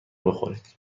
بخورید